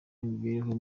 imibereho